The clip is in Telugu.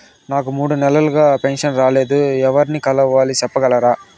నాకు మూడు నెలలుగా పెన్షన్ రాలేదు ఎవర్ని కలవాలి సెప్పగలరా?